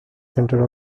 centre